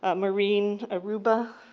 ah maureen, aruba,